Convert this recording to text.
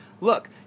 look